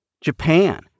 Japan